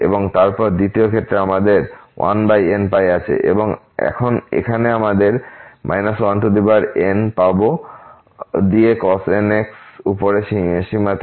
এবং তারপর দ্বিতীয় ক্ষেত্রে আমাদের 1nπ আছে এবং এখানে আমরা 1n পাব দিয়ে cos nx উপরের সীমাতে